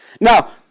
Now